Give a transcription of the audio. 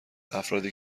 افرادی